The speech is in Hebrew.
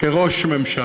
כראש ממשלה?